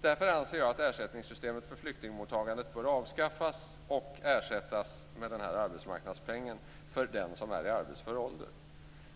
Därför anser jag att ersättningssystemet för flyktingmottagandet bör avskaffas och ersättas med arbetsmarknadspengen för den som är i arbetsför ålder.